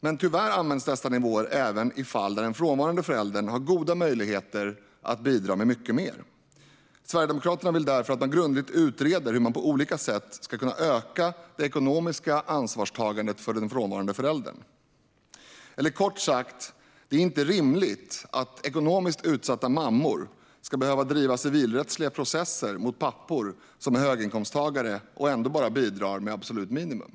Men tyvärr används dessa nivåer även i fall där den frånvarande föräldern har goda möjligheter att bidra med mycket mer. Sverigedemokraterna vill därför att det grundligt utreds hur man på olika sätt ska kunna öka det ekonomiska ansvarstagandet för den frånvarande föräldern. Kort sagt: Det är inte rimligt att ekonomiskt utsatta mammor ska behöva driva civilrättsliga processer mot pappor som är höginkomsttagare och som ändå bara bidrar med absolut minimum.